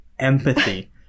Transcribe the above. empathy